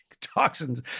toxins